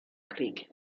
krieg